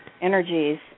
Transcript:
energies